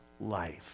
life